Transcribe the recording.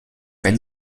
wenn